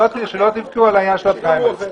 שלא תבכו על העניין של הפריימריס.